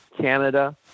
Canada